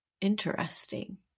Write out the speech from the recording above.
interesting